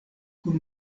kun